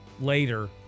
later